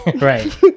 Right